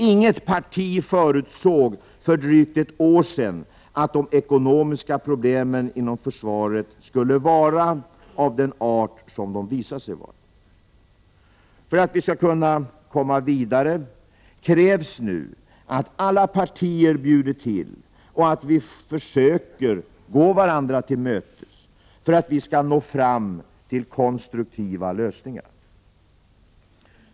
Inget parti förutsåg för drygt ett år sedan att de ekonomiska problemen inom försvaret skulle vara av den art som de visat sig vara. För att vi skall kunna komma vidare krävs nu att alla partier bjuder till och att vi försöker gå varandra till mötes för att vi skall nå fram till konstruktiva lösningar.